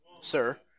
sir